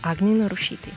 agnei narušytei